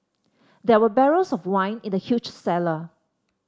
there were barrels of wine in the huge cellar